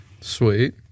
Sweet